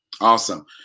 Awesome